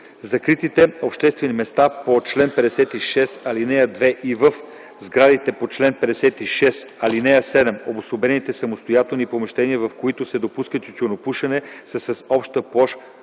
закритите обществени места по чл. 56, ал. 2 и в сградите по чл. 56, ал. 7 обособените самостоятелни помещения, в които се допуска тютюнопушене, са с обща площ